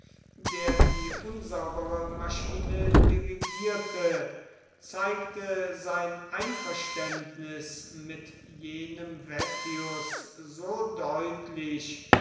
der die unsaubere maschine dirigierte zeigte sein einverständnis mit jenem vettius so deutlich